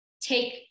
take